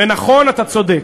ונכון, אתה צודק,